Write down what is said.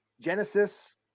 Genesis